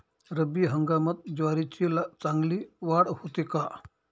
रब्बी हंगामात ज्वारीची चांगली वाढ होते का?